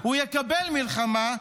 -- הוא יקבל מלחמה.